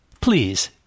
Please